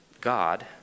God